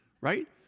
right